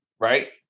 right